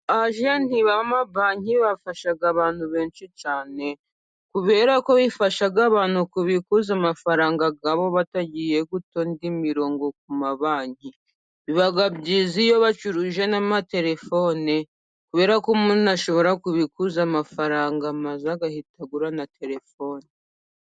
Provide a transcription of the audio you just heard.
Abajenti b'amabanki bafasha abantu benshi cyane, kubera ko bifasha abantu kubikuza amafaranga yabo batagiye gutonda imirongo ku mabanki, biba byiza iyo bacuruje n'amatelefone kubera ko umuntu ashobora kubikuza amafaranga, maze agahita agura na telefoni.